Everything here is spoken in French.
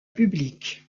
publique